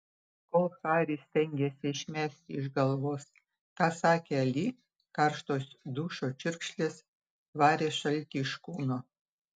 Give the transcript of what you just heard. kol haris stengėsi išmesti iš galvos ką sakė ali karštos dušo čiurkšlės varė šaltį iš kūno